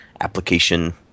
application